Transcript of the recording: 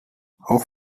auch